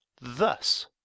Thus